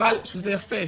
שזה יפה,